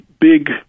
Big